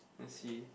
let's see